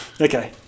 Okay